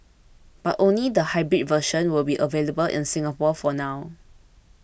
but only the hybrid version will be available in Singapore for now